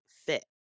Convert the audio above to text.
fit